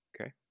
Okay